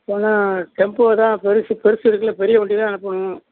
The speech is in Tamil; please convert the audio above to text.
ஏன்னா டெம்போ தான் பெருசு பெருசு இருக்குதுல்ல பெரிய வண்டி தான் அனுப்பணும்